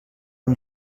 amb